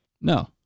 No